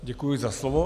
Děkuji za slovo.